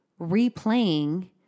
replaying